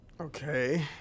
Okay